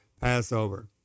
Passover